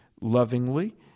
lovingly